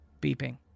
Beeping